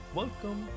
welcome